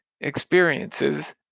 experiences